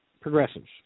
progressives